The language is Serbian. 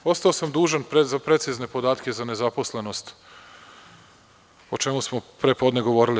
Ostao sam dužan precizne podatke za nezaposlenost, o čemu smo pre podne govorili.